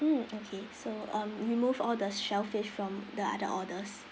mm okay so um remove all the shellfish from the other orders